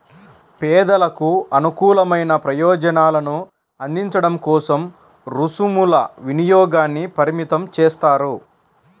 పేదలకు అనుకూలమైన ప్రయోజనాలను అందించడం కోసం రుసుముల వినియోగాన్ని పరిమితం చేస్తారు